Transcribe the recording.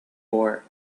war